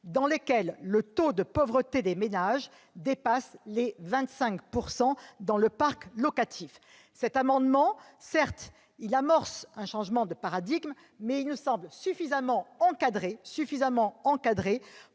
dans lesquelles le taux de pauvreté des ménages dépasse 25 % dans le parc locatif. Cette proposition, si elle amorce un changement de paradigme, nous semble suffisamment encadrée